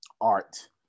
art